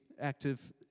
active